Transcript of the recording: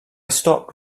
stopped